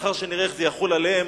לאחר שנראה איך זה יחול עליהם,